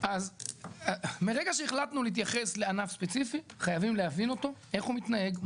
אז מרגע שהחלטנו להתייחס לענף ספציפי חייבים להבין אותו איך הוא מתנהג,